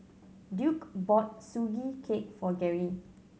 Duke bought Sugee Cake for Garry